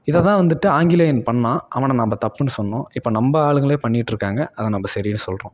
இதைதான் வந்துட்டு ஆங்கிலேயன் பண்ணிணான் அவனை நம்ம தப்புன்னு சொன்னோம் இப்போ நம்ம ஆளுங்களே பண்ணிகிட்ருக்காங்க அதை நம்ம சரின்னு சொல்கிறோம்